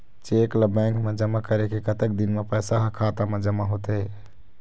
Cheque ला bank मा जमा करे के कतक दिन मा पैसा हा खाता मा जमा होथे थे?